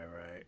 right